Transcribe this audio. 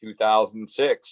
2006